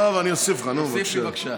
אני לא רוצה לתת לך תשובה לא מדויקת.